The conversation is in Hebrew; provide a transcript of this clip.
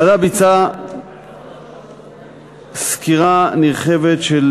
הוועדה ביצעה סקירה נרחבת של